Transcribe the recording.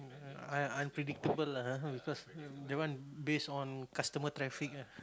I unpredictable lah because that one based on customer traffic ah